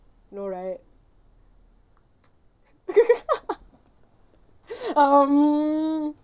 no right um